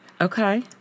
Okay